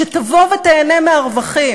שתבוא ותיהנה מהרווחים.